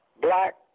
black